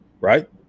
right